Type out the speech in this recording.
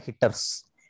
hitters